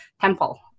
temple